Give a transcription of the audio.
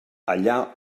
allà